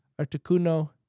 Articuno